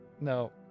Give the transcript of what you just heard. No